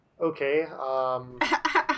Okay